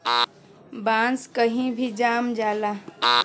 बांस कही भी जाम जाला